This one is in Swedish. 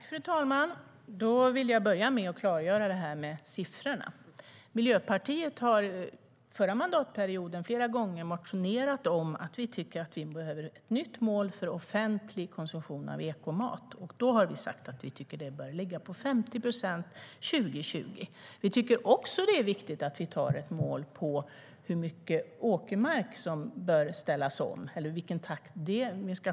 Fru talman! Jag vill börja med att klargöra siffrorna. Miljöpartiet motionerade flera gånger under förra mandatperioden om att det behövs ett nytt mål för offentlig konsumtion av ekomat. Vi har sagt att målet bör ligga på 50 procent 2020. Vi tycker också att det är viktigt att ha ett mål för takten för omställningen av åkermark.